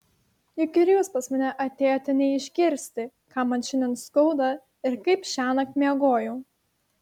juk ir jūs pas mane atėjote ne išgirsti ką man šiandien skauda ir kaip šiąnakt miegojau